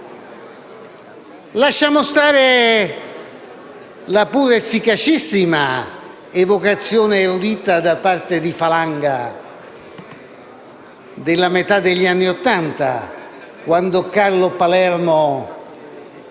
Lasciamo stare la pur efficacissima evocazione erudita del senatore Falanga della metà degli anni Ottanta, quando Carlo Palermo